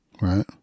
Right